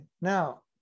now